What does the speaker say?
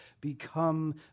become